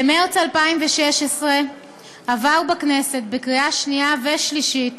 במרס 2016 עבר בכנסת בקריאה שנייה ושלישית